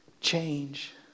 change